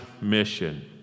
mission